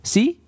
See